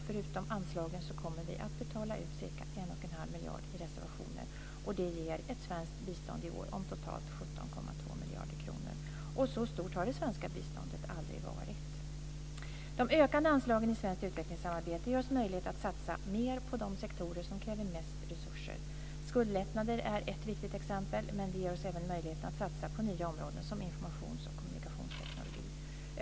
Förutom anslagen kommer vi att betala ut ca 1 1⁄2 miljarder i reservationer. Detta ger ett svenskt bistånd i år om totalt 17,2 miljarder kronor. Skuldlättnader är ett viktigt exempel, men det ger oss även möjligheten att satsa på nya områden som informations och kommunikationsteknologi.